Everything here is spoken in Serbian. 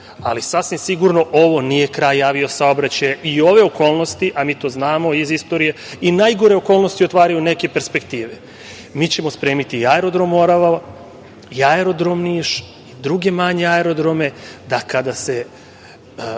ali sasvim sigurno ovo nije kraj avio saobraćaja i ove okolnosti, a mi to znamo iz istorije, i najgore okolnosti otvaraju neke perspektive. Mi ćemo spremiti i aerodrom „Morava“ i aerodrom Niš, druge manje aerodrome da kada se